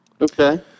okay